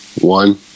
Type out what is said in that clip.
One